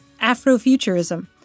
Afrofuturism